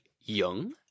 young